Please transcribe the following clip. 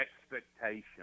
expectation